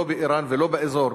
לא באירן ולא באזור,